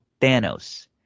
Thanos